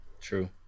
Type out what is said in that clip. true